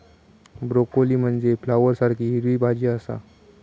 broccoli म्हनजे फ्लॉवरसारखी हिरवी भाजी आसा